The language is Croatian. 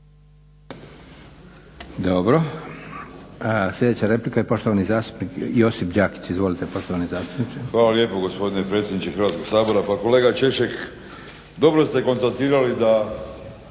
Dobro. Sljedeća replika i poštovani zastupnik Josip Đakić. Izvolite poštovani zastupniče. **Đakić, Josip (HDZ)** Hvala lijepo gospodine predsjedniče Hrvatskog sabora. Pa kolega Češek, dobro ste konstatirali da